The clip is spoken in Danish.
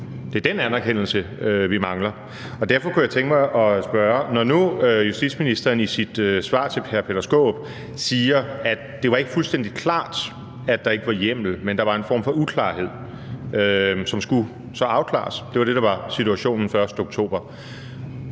Den er den anerkendelse, som vi mangler. Derfor kunne jeg tænke mig at spørge: Når nu justitsministeren i sit svar til hr. Peter Skaarup siger, at det ikke var fuldstændig klart, at der ikke var hjemmel, men at der var en form for uklarhed, som så skulle afklares – det var det, der var situationen den 1. oktober